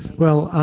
well,